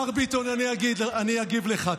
השר ביטון, אני אגיד לך.